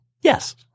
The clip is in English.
Yes